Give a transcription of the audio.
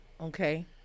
Okay